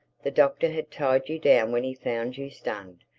the doctor had tied you down when he found you stunned.